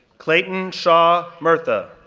clayton shaw murtha,